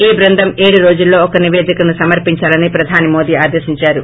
ఈ బృందం ఏడు రోజుల్లో ఒక నిపేదికను సమర్పించాలని ప్రధాని మోదీ ఆదేశించారు